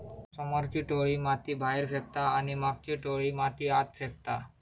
समोरची टोळी माती बाहेर फेकता आणि मागची टोळी माती आत फेकता